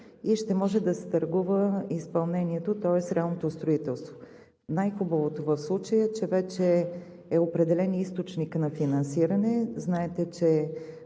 и ще може да се търгува изпълнението, тоест реалното строителство. Най-хубавото в случая е, че вече е определен и източник на финансиране. Знаете, че